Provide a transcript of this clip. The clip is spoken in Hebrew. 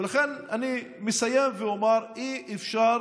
ולכן אני מסיים ואומר: אי-אפשר